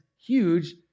huge